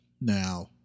now